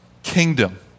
kingdom